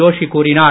ஜோஷி கூறினார்